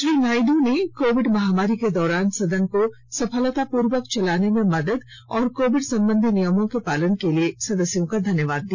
श्री नायड् ने कोविड महामारी के दौरान सदन को सफलतापूर्वक चलाने में मदद और कोविड संबंधी नियमों के पालन के लिए सदस्यों का धन्यवाद किया